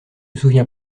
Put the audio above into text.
souviens